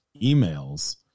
emails